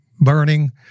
burning